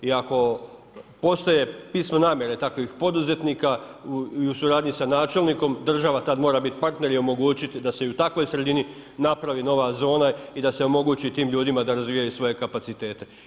I ako postoje pisma namjere takvih poduzetnika i u suradnji sa načelnikom država tad mora bit partner i omogućit da se i u takvoj sredini napravi nova zona i da se omogući tim ljudima da razvijaju svoje kapacitete.